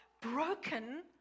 broken